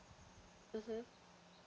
mmhmm